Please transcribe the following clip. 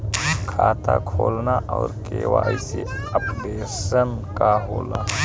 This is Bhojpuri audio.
खाता खोलना और के.वाइ.सी अपडेशन का होला?